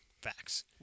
facts